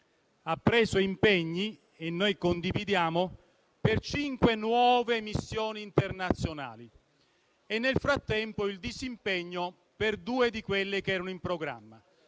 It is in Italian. ha preso impegni, che noi condividiamo, per cinque nuove missioni internazionali e nel frattempo si disimpegna per due di quelle che erano in programma.